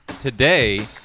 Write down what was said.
Today